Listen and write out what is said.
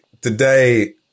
today